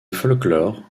folklore